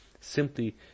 simply